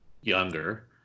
younger